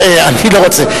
אני לא רוצה.